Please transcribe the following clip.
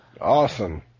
Awesome